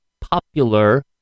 popular